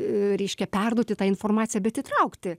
reiškia perduoti tą informaciją bet įtraukti